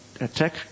attack